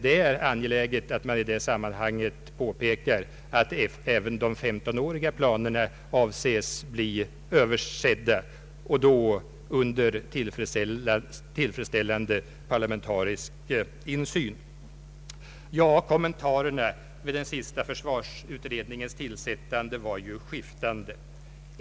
Det är angeläget att i det sammanhanget påpeka att man avser att se över även de 15-åriga planerna och då under tillfredsställande parlamentarisk insyn. Kommentarerna till den senaste försvarsutredningens tillsättande var ju skiftande.